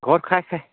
ঘৰত খায় খায়